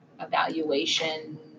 evaluation